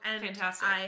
fantastic